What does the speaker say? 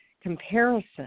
comparison